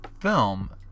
film